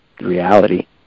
reality